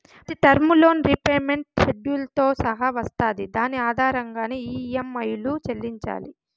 ప్రతి term loan repayment షెడ్యూల్తో సహా వస్తాది దాని ఆధారంగానే ఈ.యం.ఐలు చెల్లించాలి